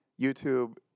YouTube